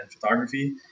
photography